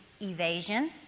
evasion